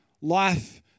life